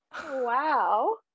Wow